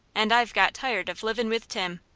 and i've got tired of livin' with tim.